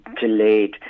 delayed